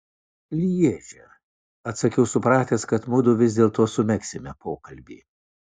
lježe atsakiau supratęs kad mudu vis dėlto sumegsime pokalbį